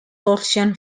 torsion